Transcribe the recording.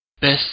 best